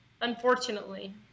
unfortunately